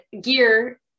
gear